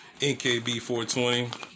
NKB420